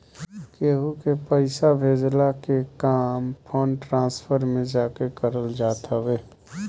केहू के पईसा भेजला के काम फंड ट्रांसफर में जाके करल जात हवे